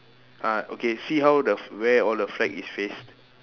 uh okay see how the f~ where all the flag is faced